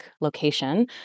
location